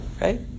Right